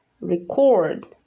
record